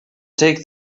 take